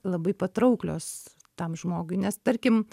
labai patrauklios tam žmogui nes tarkim